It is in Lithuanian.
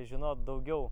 žinot daugiau